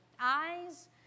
Eyes